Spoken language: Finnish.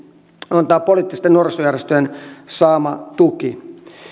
on tämä poliittisten nuorisojärjestöjen saama tuki